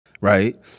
Right